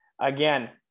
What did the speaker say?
again